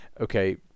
okay